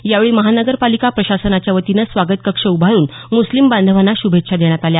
यावेळी महानगरपालिका प्रशासनाच्यावतीनं स्वागत कक्ष उभारून मुस्लिम बांधवांना श्भेच्छा देण्यात आल्या